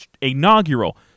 inaugural